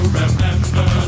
remember